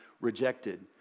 rejected